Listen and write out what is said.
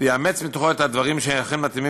ויאמץ מתוכו את הדברים שאכן מתאימים